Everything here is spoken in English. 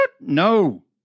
no